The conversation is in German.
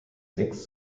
sechs